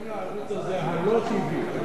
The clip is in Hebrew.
ה"לא טי.וי.".